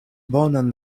bonan